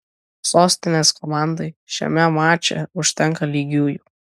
sostinės komandai šiame mače užtenka lygiųjų